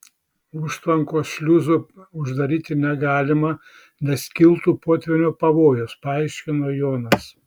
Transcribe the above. užtvankos šliuzų uždaryti negalima nes kiltų potvynio pavojus paaiškino jonas